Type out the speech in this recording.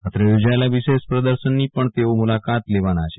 અત્રે યોજાયેલા વિશેષ પ્રદર્શનની પણ તેઓ મુલાકાત લેવાના છે